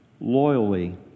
loyally